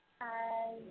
Hi